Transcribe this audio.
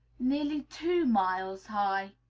nearly two miles high,